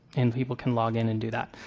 and people can log in and do that.